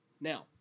Now